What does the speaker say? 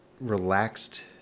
relaxed